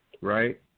right